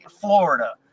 florida